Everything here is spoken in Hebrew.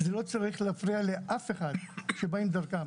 זה לא צריך להפריע לאף אחד שבאים דרכם,